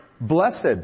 Blessed